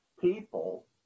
people